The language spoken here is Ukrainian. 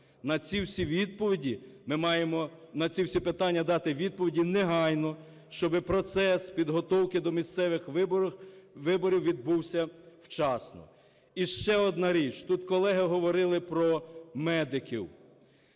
На ці всі питання ми маємо дати відповіді негайно, щоби процес підготовки до місцевих виборів відбувся вчасно. І ще одна річ. Тут колеги говорили про медиків.